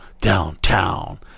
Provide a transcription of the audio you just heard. downtown